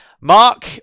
Mark